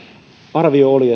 arvio oli